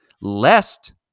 lest